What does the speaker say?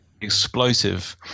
explosive